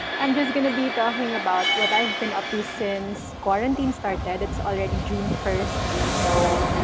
i'm just going to be talking about what i've been up to since quarantine started. it's already june first so.